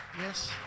Yes